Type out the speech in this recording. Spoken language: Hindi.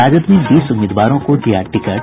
राजद ने बीस उम्मीदवारों को दिया टिकट